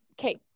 Okay